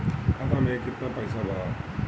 खाता में केतना पइसा बा?